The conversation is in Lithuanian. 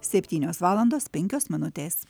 septynios valandos penkios minutės